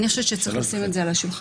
אני חושבת שצריך לשים זאת על השולחן.